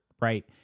right